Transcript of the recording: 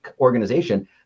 organization